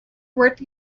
worth